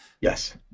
Yes